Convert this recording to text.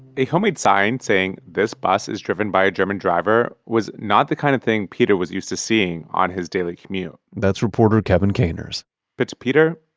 a homemade sign saying this bus is driven by a german driver was not the kind of thing peter was used to seeing on his daily commute that's reporter kevin caners but to peter,